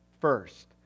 first